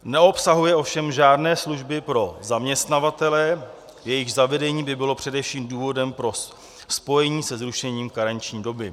Neobsahuje ovšem žádné služby pro zaměstnavatele, jejichž zavedení by bylo především důvodem pro spojení se zrušením karenční doby.